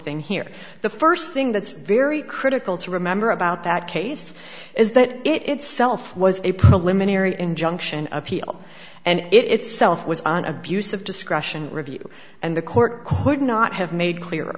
thing here the first thing that's very critical to remember about that case is that it itself was a preliminary injunction appeal and it itself was on abuse of discretion review and the court could not have made clear